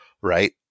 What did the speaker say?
Right